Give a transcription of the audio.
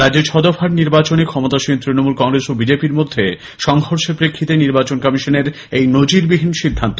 রাজ্যে ছদফার নির্বাচনে ক্ষমতাসীন তৃণমূল কংগ্রেস ও বিজেপির মধ্যে সংঘর্ষের প্রেক্ষিতেই নির্বাচন কমিশনের এই নজির বিহীন সিদ্ধান্ত